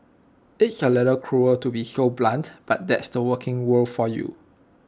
it's A little cruel to be so blunt but that's the working world for you